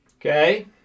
Okay